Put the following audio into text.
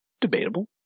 Debatable